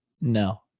No